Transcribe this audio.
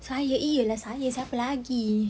saya !eeyer! siapa lagi